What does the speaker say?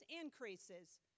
increases